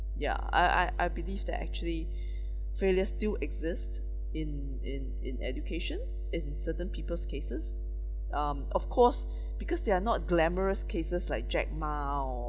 ya I I I believe that actually failure still exist in in in education in certain people's cases um of course because they are not glamorous cases like jack ma or